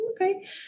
okay